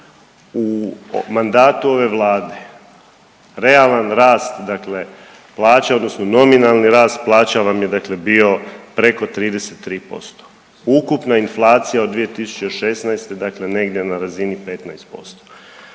U mandatu ove vlade realan rast plaće odnosno nominalni rast plaća vam je bio preko 33%, ukupna inflacija od 2016. dakle negdje na razini 15%